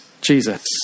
Jesus